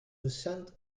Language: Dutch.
recent